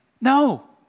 no